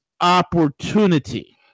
opportunity